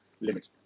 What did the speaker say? limit